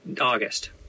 August